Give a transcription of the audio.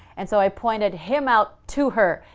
and so i pointed him out to her.